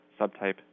subtype